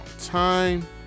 time